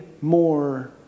more